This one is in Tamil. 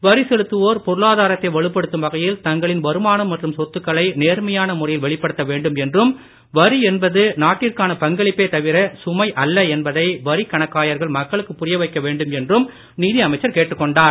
வரி செலுத்துவோர் பொருளாதாரத்தை வலுப்படுத்தும் வகையில் தங்களின் வருமானம் மற்றும் சொத்துக்களை நேர்மையான முறையில் வெளிப்படுத்த வேண்டும் என்றும் வரி என்பது நாட்டிற்கான பங்களிப்பே தவிர சுமை அல்ல என்பதை வரிக் கணக்காயர்கள் மக்களுக்கு புரிய வைக்க வேண்டும் என்றும் நிதி அமைச்சர் கேட்டுக்கொண்டார்